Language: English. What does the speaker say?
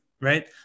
Right